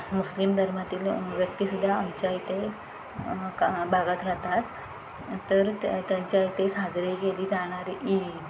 मुस्लिम धर्मातील व्यक्तीसुद्धा आमच्या इथे का भागात राहतात तर त्यांच्या इथे साजरी केली जाणारी ईद